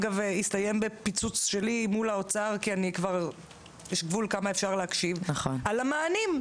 הסתיים בפיצוץ שלי מול האוצר - יש גבול כמה אפשר להקשיב על המענים.